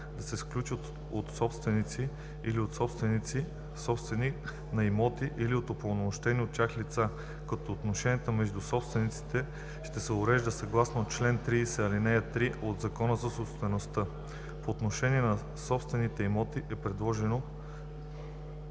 да се сключват от собственици или съсобственици на имоти, или от упълномощено от тях лице, като отношенията между съсобствениците ще се уреждат съгласно чл. 30, ал. 3 от Закона за собствеността. По отношение на съсобствените имоти е предложен